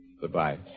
Goodbye